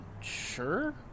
Sure